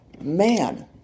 man